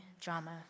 drama